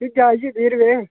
घिया इ'यै बीह् रपेऽ